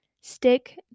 Stick